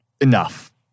enough